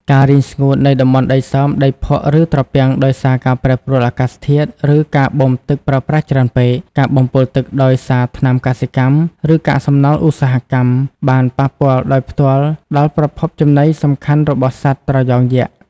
ការរីងស្ងួតនៃតំបន់ដីសើម ដីភក់ ឬត្រពាំងដោយសារការប្រែប្រួលអាកាសធាតុ ឬការបូមទឹកប្រើប្រាស់ច្រើនពេក ការបំពុលទឹកដោយសារថ្នាំកសិកម្ម ឬកាកសំណល់ឧស្សាហកម្ម បានប៉ះពាល់ដោយផ្ទាល់ដល់ប្រភពចំណីសំខាន់របស់សត្វត្រយងយក្ស។